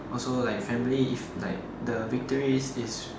also like family is like the victory is